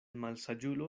malsaĝulo